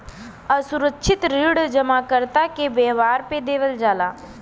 असुरक्षित ऋण जमाकर्ता के व्यवहार पे देवल जाला